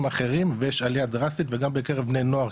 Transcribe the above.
אחרים ויש עלייה דרסטית וגם בקרב בני נוער,